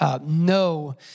no